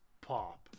pop